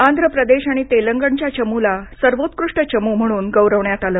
आंध्र प्रदेश आणि तेलंगणच्या चमुला सर्वोत्कृष्ट चमू म्हणून गौरवण्यात आलं